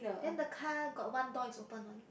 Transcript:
then the car got one door is open one